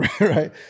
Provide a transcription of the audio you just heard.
Right